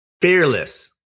Fearless